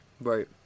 Right